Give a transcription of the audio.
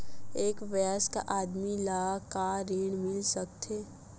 एक वयस्क आदमी ला का ऋण मिल सकथे?